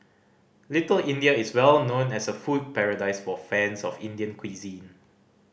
Little India is well known as a food paradise for fans of Indian cuisine